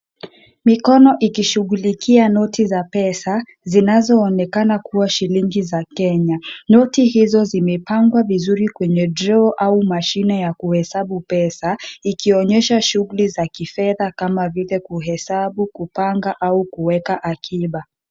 Mikono ikishughulikia noti za pesa, zinazo onekana kuwa shilingi za Kenya, noti hizo zimepangwa vizuri kwenye draw au mashine ya kuhesabu pesa, ikionyesha shughuli za kifedha kama vile kuhesabu, kupanga, au kuweka akiba.